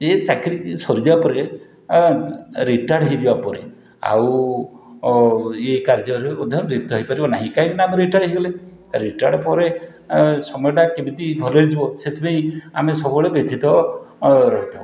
ଏ ଚାକିରି ସରିଯିବା ପରେ ରିଟାୟାର୍ଡ଼ ହେଇଯିବା ପରେ ଆଉ ଓ ଇଏ କାର୍ଯ୍ୟରୁ ମଧ୍ୟ ବିରକ୍ତ ହେଇପାରିବ ନାହିଁ କାଇଁକିନା ଆମେ ରିଟାୟାର୍ଡ଼ ହେଇଗଲେ ରିଟାୟାର୍ଡ଼ ପରେ ଏଁ ସମୟଟା କେମିତି ଭଲରେ ଯିବ ସେଥିପାଇଁ ଆମେ ସବୁବେଳେ ବ୍ୟଥିତ ଓ ରହିଥାଉ